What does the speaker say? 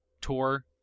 Tour